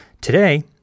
Today